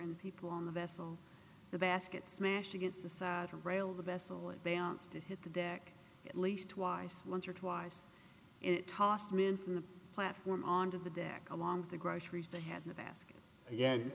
and people on the vessel the basket smashed against the saddle rail the vessel and danced to hit the deck at least twice once or twice and tossed men from the platform onto the deck along with the groceries they had in the basket